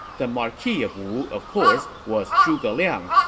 the marquis of wu, of course, was zhuge liang,